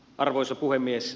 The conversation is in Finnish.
arvoisa puhemies